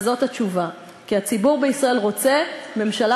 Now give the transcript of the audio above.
זאת התשובה: כי הציבור בישראל רוצה ממשלה